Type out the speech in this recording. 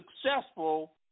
successful